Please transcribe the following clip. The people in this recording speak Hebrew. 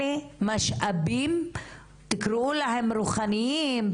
אלה משאבים תקראו להם רוחניים,